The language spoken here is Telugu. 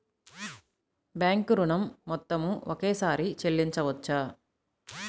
బ్యాంకు ఋణం మొత్తము ఒకేసారి చెల్లించవచ్చా?